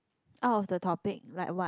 out of the topic like what